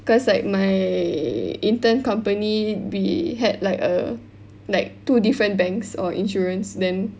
cause like my intern company we had like err like two different banks or insurance then